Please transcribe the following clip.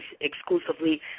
exclusively